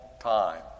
time